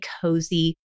cozy